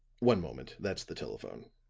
one moment that's the telephone.